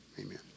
Amen